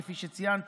כפי שציינתי.